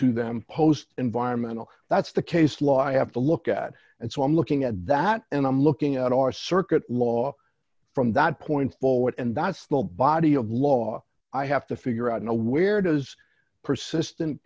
to them post environmental that's the case law i have to look at and so i'm looking at that and i'm looking at our circuit law from that point forward and that small body of law i have to figure out where does persistent